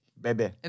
Bebe